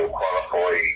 qualify